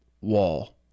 wall